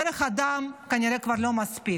דרך הדם כנראה כבר לא מספיק.